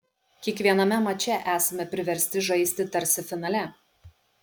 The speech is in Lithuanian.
kiekviename mače esame priversti žaisti tarsi finale